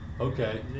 Okay